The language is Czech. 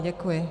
Děkuji.